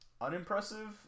Unimpressive